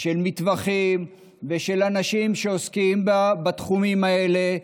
של מטווחים ושל אנשים שעוסקים בתחומים האלה,